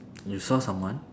you saw someone